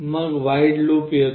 मग void loop येतो